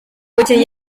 umukinnyi